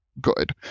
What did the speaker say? good